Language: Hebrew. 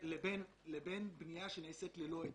לבין בנייה של עסק ללא היתר.